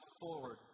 forward